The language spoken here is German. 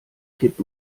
kipp